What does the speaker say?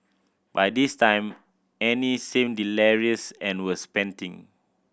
by this time Annie seemed delirious and was panting